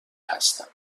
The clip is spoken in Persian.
هستند